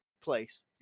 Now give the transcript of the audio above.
place